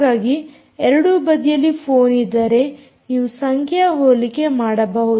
ಹಾಗಾಗಿ ಎರಡೂ ಬದಿಯಲ್ಲಿ ಫೋನ್ ಇದ್ದರೆ ನೀವು ಸಂಖ್ಯಾ ಹೋಲಿಕೆ ಮಾಡಬಹುದು